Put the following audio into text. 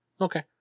Okay